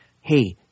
Hey